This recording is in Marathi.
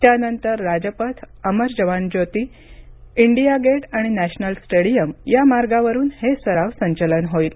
त्यानंतर राजपथ अमर जवान ज्योती इंडिया गेट आणि नॅशनल स्टेडीयम या मार्गावरून हे सराव संचलन होईल